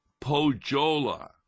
Pojola